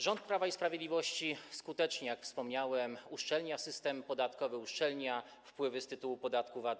Rząd Prawa i Sprawiedliwości skutecznie, jak wspomniałem, uszczelnia system podatkowy, uszczelnia wpływy z tytułu podatku VAT.